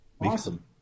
Awesome